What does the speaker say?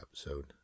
episode